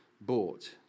bought